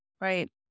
right